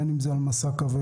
בין אם זה על משא כבד,